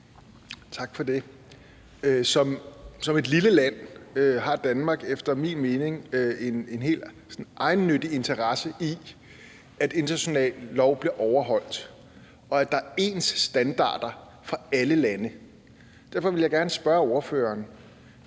Som et lille land har Danmark efter min mening en helt egennyttig interesse i, at international lov bliver overholdt, og at der er ens standarder for alle lande. Derfor vil jeg gerne spørge ordføreren: